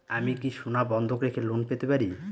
আমি কি সোনা বন্ধক রেখে লোন পেতে পারি?